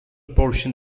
portion